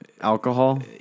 alcohol